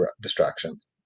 distractions